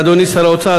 אדוני שר האוצר,